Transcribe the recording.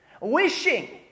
Wishing